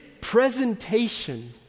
presentation